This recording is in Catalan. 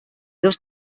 dos